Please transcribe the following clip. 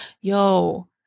yo